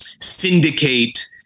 syndicate